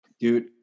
dude